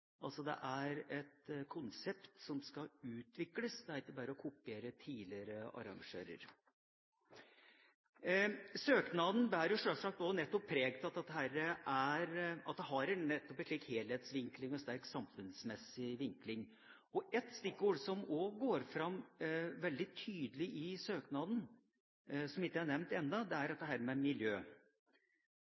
et konsept som skal utvikles. Det er ikke bare å kopiere tidligere arrangører. Søknaden bærer sjølsagt også preg av at det nettopp har en slik helhetsvinkling og sterk samfunnsmessig vinkling. Ett stikkord som også går veldig tydelig fram i søknaden, og som ikke er nevnt ennå, er dette med miljø. Det